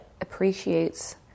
appreciates